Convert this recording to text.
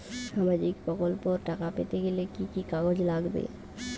সামাজিক প্রকল্পর টাকা পেতে গেলে কি কি কাগজ লাগবে?